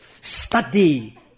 Study